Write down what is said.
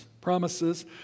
promises